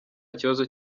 kibazo